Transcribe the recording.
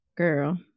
Girl